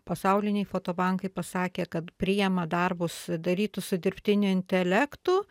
pasauliniai fotobankai pasakė kad priima darbus darytus su dirbtiniu intelektu